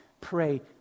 pray